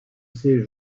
ces